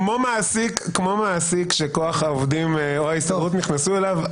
כמו מעסיק שכוח העובדים או ההסתדרות נכנסו אליו.